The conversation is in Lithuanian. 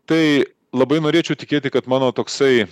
tai labai norėčiau tikėti kad mano toksai